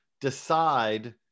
decide